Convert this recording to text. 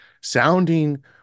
Sounding